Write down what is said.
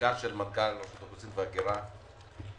שלשכת מנכ"ל רשות האוכלוסין וההגירה מאוד